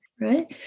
right